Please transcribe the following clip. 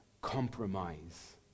Compromise